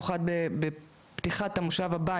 מיוחד פתיחת המושב הבא.